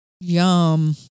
Yum